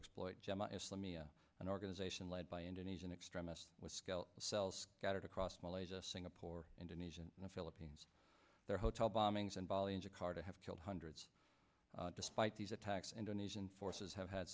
islamiya an organization led by indonesian extremists cells got across malaysia singapore indonesia and the philippines their hotel bombings in bali in jakarta have killed hundreds despite these attacks indonesian forces have had